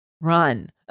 Run